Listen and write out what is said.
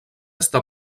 està